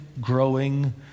growing